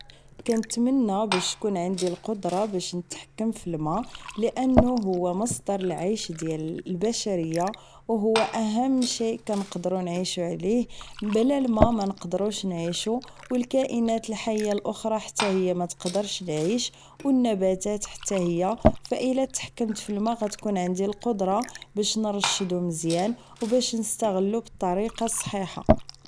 كنتمنى باش تكون عندي القدرة انني نتحكم فالما لانه هو مصدر العيش ديال البشرية و هو اهم شئ كنقدرو نعيشو عليه بلا الما مانقدروش نعيشو و الكائنات الحية الاخرى حتى هي متقدرش تعيش و النباتات حتى هي فالا تحكمت فالما فغتكون عندي القدرة باش نرشدو مزيان و باش نستغلو بالطريقة الصحيحة